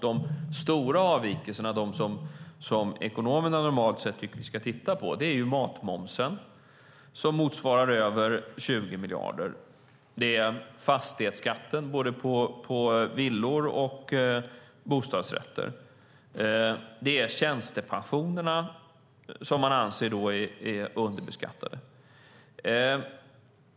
De stora avvikelserna - de som ekonomerna normalt sett tycker att vi ska titta på - är matmomsen, som motsvarar över 20 miljarder, fastighetsskatten på både villor och bostadsrätter samt tjänstepensionerna, som man anser är underbeskattade.